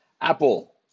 Apple